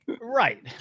right